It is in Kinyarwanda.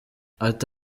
ati